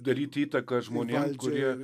daryt įtaką žmonėm kurie